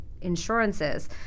insurances